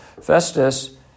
Festus